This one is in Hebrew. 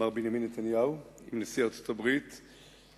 מר בנימין נתניהו, עם נשיא ארצות-הברית אובמה.